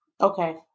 Okay